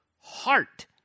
heart